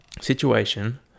situation